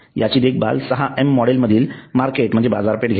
याची देखभाल सहा Ms मॉडेल मधील मार्केट म्हणजेच बाजारपेठ घेते